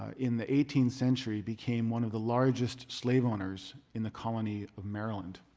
in the eighteenth century became one of the largest slave owners in the colony of maryland.